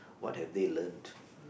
what have they learnt